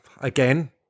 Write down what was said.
Again